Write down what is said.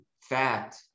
fat